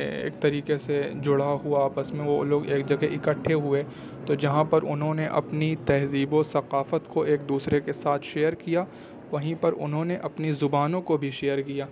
ایک طریقے سے جڑاؤ ہوا آپس میں وہ لوگ ایک جگہ اکٹھے ہوئے تو جہاں پر انہوں نے اپنی تہذیب و ثقافت کو ایک دوسرے کے ساتھ شیئر کیا وہیں پر انہوں نے اپنی زبانوں کو بھی شیئر کیا